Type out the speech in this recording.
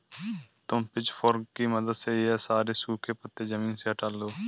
तुम पिचफोर्क की मदद से ये सारे सूखे पत्ते ज़मीन से हटा दो